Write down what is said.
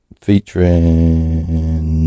featuring